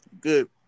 good